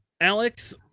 Alex